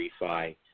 refi